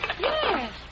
Yes